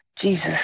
Jesus